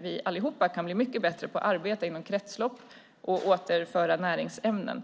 vi allihop kan bli mycket bättre på att arbeta med kretslopp och att återföra näringsämnen.